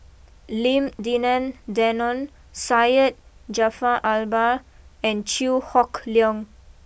Lim Denan Denon Syed Jaafar Albar and Chew Hock Leong